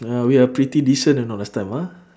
ah we are pretty decent you know last time ah